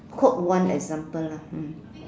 quote one example lah mm